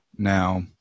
now